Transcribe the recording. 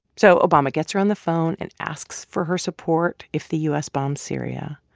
so obama gets her on the phone and asks for her support if the u s. bombs syria.